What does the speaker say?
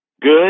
good